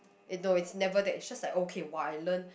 it no it's never that it's just like okay while I learn